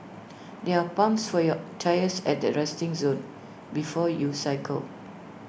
there are pumps for your tyres at the resting zone before you cycle